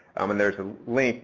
um and there's a link